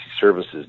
Services